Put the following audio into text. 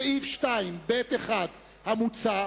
בסעיף 2(ב)(1) המוצע,